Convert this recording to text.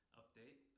update